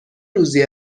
روزی